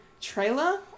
trailer